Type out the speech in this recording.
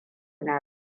na